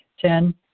Ten